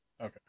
okay